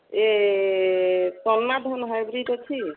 ଏ ପନ୍ନା ଧାନ୍ ହାଇବ୍ରିଡ଼୍ ଅଛି